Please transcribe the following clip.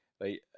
right